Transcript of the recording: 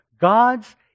God's